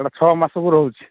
ଏଇଟା ଛଅ ମାସକୁ ରହୁଛି